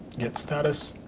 git status,